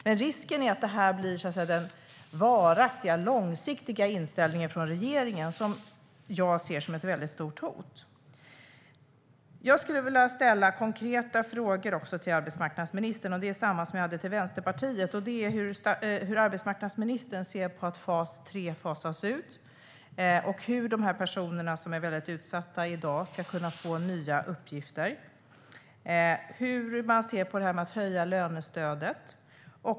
Men risken är att det blir den varaktiga, långsiktiga inställningen från regeringen, och det ser jag som ett stort hot. Jag skulle också vilja ställa konkreta frågor till arbetsmarknadsministern. Det är samma frågor som jag hade till Vänsterpartiet. Hur ser arbetsmarknadsministern på att fas 3 fasas ut? Hur ska de personer som i dag är mycket utsatta kunna få nya uppgifter? Hur ser arbetsmarknadsministern på detta att höja lönestödet?